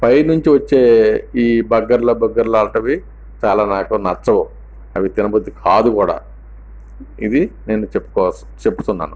పైనుంచి వచ్చే ఈ బర్గర్లు బర్గర్లు లాంటివి చాలా నాకు నచ్చవు అవి తినబుద్ధి కాదు కూడా ఇది నేను చెప్పుకోవల చెప్తున్నాను